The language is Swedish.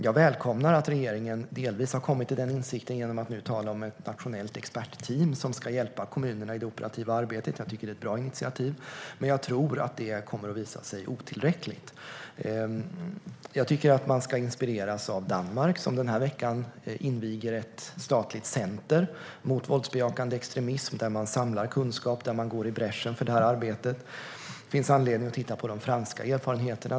Jag välkomnar att regeringen delvis har kommit till den insikten genom att nu tala om ett nationellt expertteam som ska hjälpa kommunerna i det operativa arbetet. Jag tycker att det är ett bra initiativ. Men jag tror att det kommer att visa sig vara otillräckligt. Jag tycker att man ska inspireras av Danmark, som den här veckan inviger ett statligt center mot våldsbejakande extremism. Där samlar man kunskap och går i bräschen för detta arbete. Det finns även anledning att titta på de franska erfarenheterna.